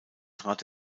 trat